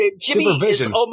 Supervision